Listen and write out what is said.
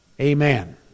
Amen